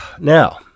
Now